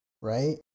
right